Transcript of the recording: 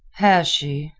has she,